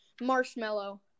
Marshmallow